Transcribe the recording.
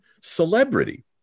celebrity